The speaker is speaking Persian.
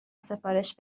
سفارش